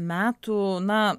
metų na